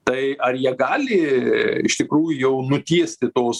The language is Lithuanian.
tai ar jie gali iš tikrų jau nutiesti tos